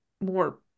more